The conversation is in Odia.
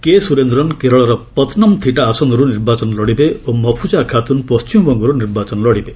କେ ସୁରେନ୍ଦ୍ରନ୍ କେରଳର ପତନମ୍ଥିଟା ଆସନରୁ ନିର୍ବାଚନ ଲଢ଼ିବେ ଓ ମଫୁକ୍କା ଖାତୁନ୍ ପଣ୍ଟିମବଙ୍ଗରୁ ନିର୍ବାଚନ ଲଢ଼ିବେ